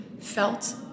felt